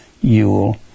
Yule